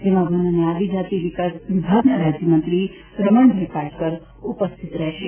જેમાં વન અને આદિજાતિ વિકાસ વિભાગના રાજ્યમંત્રી રમણભાઇ પાટકર ઉપસ્થિત રહેશે